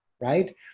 right